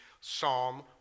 Psalm